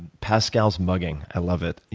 pascal's mugging. i love it.